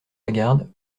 lagarde